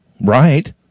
Right